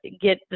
get